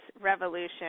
revolution